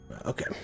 Okay